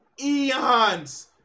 Eons